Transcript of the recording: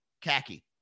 khaki